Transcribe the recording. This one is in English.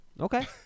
Okay